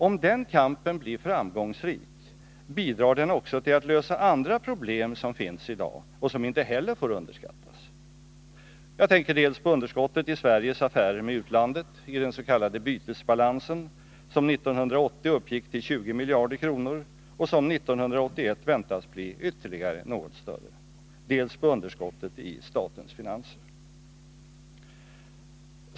Om den kampen blir framgångsrik bidrar den också till att lösa andra problem som finns i dag och som inte får underskattas. Jag tänker dels på underskottet i Sveriges affärer med utlandet, i den s.k. bytesbalansen, som 1980 uppgick till 20 miljarder kronor och:som 1981 väntas bli ytterligare något större, dels på underskottet i statens finanser.